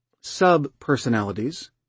sub-personalities